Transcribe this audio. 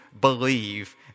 believe